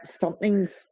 something's